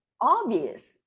obvious